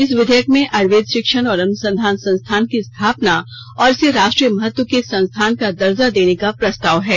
इस विघेयक में आयुर्वेद शिक्षण और अनुसंधान संस्थान की स्थापना और इसे राष्ट्रीय महत्व के संस्थान का दर्जा देने का प्रस्तान है